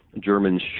Germans